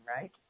Right